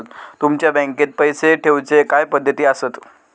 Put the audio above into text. तुमच्या बँकेत पैसे ठेऊचे काय पद्धती आसत?